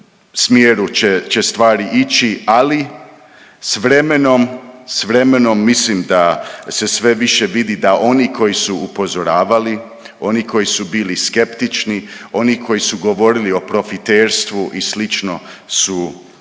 smjeru će stvari ići, ali s vremenom, s vremenom mislim da se sve više vidi da oni koji su upozoravali, oni koji su bili skeptični, oni koji su govorili o profiterstvu i slično su bili